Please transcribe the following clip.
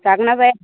जागोनना जाया